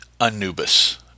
Anubis